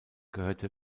gehörte